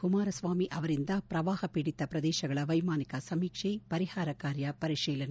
ಕುಮಾರಸ್ನಾಮಿ ಅವರಿಂದ ಪ್ರವಾಹ ಪೀಡಿತ ಪ್ರದೇಶಗಳ ವೈಮಾನಿಕ ಸಮೀಕ್ಷೆ ಪರಿಹಾರ ಕಾರ್ಯ ಪರಿಶೀಲನೆ